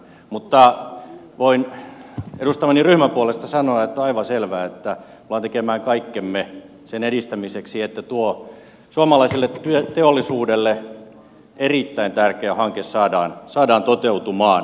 mutta voin edustamani ryhmän puolesta sanoa että on aivan selvää että tullaan tekemään kaikkemme sen edistämiseksi että tuo suomalaiselle teollisuudelle erittäin tärkeä hanke saadaan toteutumaan